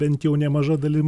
bent jau nemaža dalim